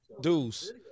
dudes